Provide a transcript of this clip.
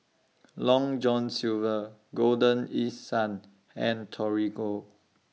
Long John Silver Golden East Sun and Torigo